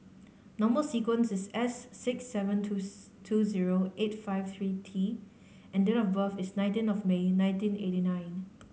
number sequence is S six seven two two zero eight five three T and date of birth is nineteen of May nineteen eighty nine